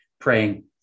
praying